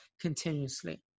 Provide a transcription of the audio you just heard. continuously